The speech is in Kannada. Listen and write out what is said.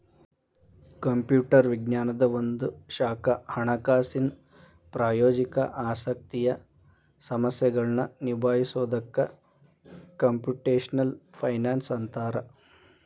ಕಂಪ್ಯೂಟರ್ ವಿಜ್ಞಾನದ್ ಒಂದ ಶಾಖಾ ಹಣಕಾಸಿನ್ ಪ್ರಾಯೋಗಿಕ ಆಸಕ್ತಿಯ ಸಮಸ್ಯೆಗಳನ್ನ ನಿಭಾಯಿಸೊದಕ್ಕ ಕ್ಂಪುಟೆಷ್ನಲ್ ಫೈನಾನ್ಸ್ ಅಂತ್ತಾರ